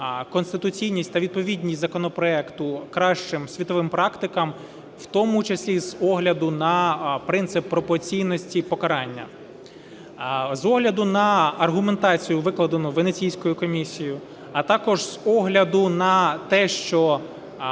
конституційність та відповідність законопроекту кращим світовим практикам, в тому числі з огляду на принцип пропорційності покарання. З огляду на аргументацію, викладену Венеційською комісією, а також з огляду на те, що